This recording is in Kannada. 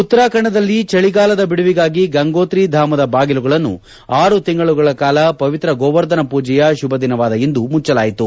ಉತ್ತರಾಖಂಡದಲ್ಲಿ ಚಳಿಗಾಲದ ಬಿಡುವಿಗಾಗಿ ಗಂಗೋತ್ರಿ ಧಾಮದ ಬಾಗಿಲುಗಳನ್ನು ಆರು ತಿಂಗಳುಗಳ ಕಾಲ ಪವಿತ್ರ ಗೋವರ್ಧನ ಪೂಜೆಯ ಶುಭ ದಿನವಾದ ಇಂದು ಮುಚ್ಚಲಾಯಿತು